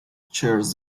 shares